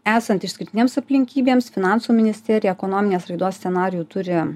esant išskirtinėms aplinkybėms finansų ministerija ekonominės raidos scenarijų turi